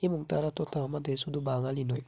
এবং তারা তো তা আমাদের শুধু বাঙালি নয়